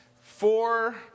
four